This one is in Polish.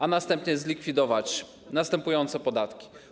A następnie zlikwidować następujące podatki.